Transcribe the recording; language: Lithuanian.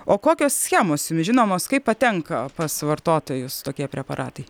o kokios schemos jums žinomos kaip patenka pas vartotojus tokie preparatai